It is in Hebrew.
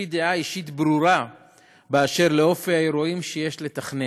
יש לי דעה אישית ברורה באשר לאופי האירועים שיש לתכנן.